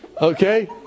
okay